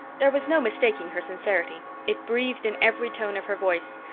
there was no mistaking her sincerity it breathed in every tone of her voice.